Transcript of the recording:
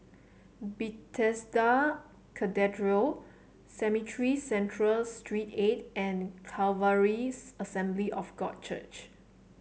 Bethesda Cathedral Cemetry Central Street Eight and Calvaries Assembly of God Church